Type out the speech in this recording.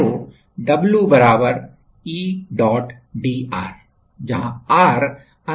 तो W E dr जहाँ r अनंत से r तक है